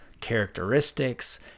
characteristics